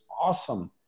awesome